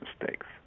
mistakes